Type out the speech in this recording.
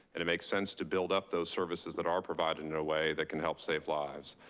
and it makes sense to build up those services that are provided in a way that can help save lives.